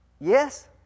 Yes